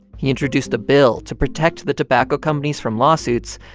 he introduced a bill to protect the tobacco companies from lawsuits,